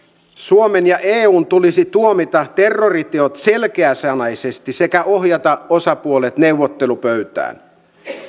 suomen ja eun tulisi tuomita terroriteot selkeäsanaisesti sekä ohjata osapuolet neuvottelupöytään